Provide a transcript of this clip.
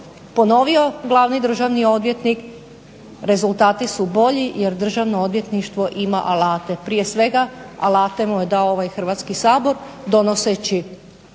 ponovio Glavni državni odvjetnik rezultati su bolji jer državno odvjetništvo ima alate. Prije svega alate mu je dao ovaj Hrvatski sabor donoseći